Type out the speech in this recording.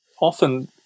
often